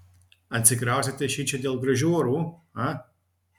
atsikraustėte šičia dėl gražių orų a